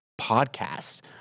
podcast